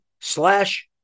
slash